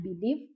believe